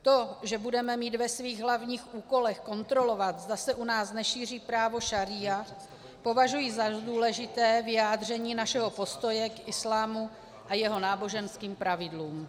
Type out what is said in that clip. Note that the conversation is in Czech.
To, že budeme mít ve svých hlavních úkolech kontrolovat, zda se u nás nešíří právo šaría, považuji za důležité vyjádření našeho postoje k islámu a jeho náboženským pravidlům.